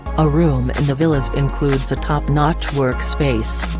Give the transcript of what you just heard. a room in the villas includes a top-notch work space.